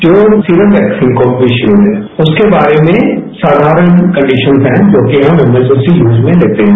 जो serum vaccine composition है उसके बारे में साधारण कंडीशन्स है जो कि हम एमरजेंसी यूज में लेते हैं